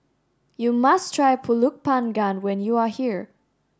you must try Pulut panggang when you are here